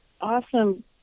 awesome